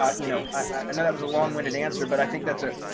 um you know, i know that was a long winded answer, but i think that's a,